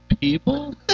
people